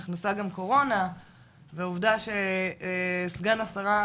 נכנסה גם קורונה והעובדה שסגן השרה,